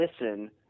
listen